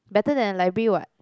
better than the library what